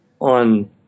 on